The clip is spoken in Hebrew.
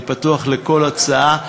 אני פתוח לכל הצעה.